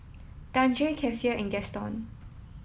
Dandre Keifer and Gaston